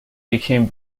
became